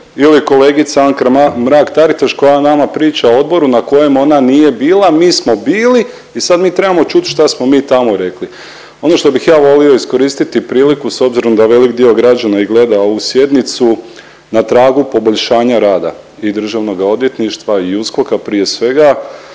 Ili kolegica Anka Mrak-Taritaš koja nama priča o odboru na kojem ona nije bila. Mi smo bili i sad mi trebamo čuti šta smo mi tamo rekli. Ono što bih ja volio iskoristiti priliku s obzirom da velik dio građana i gleda ovu sjednicu na tragu poboljšanja rada i Državnoga odvjetništva i USKOK-a prije svega